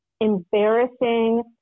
embarrassing